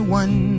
one